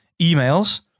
emails